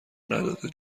نداده